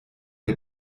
der